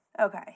Okay